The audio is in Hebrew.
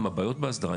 בבעיות בהסדרה,